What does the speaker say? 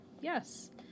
yes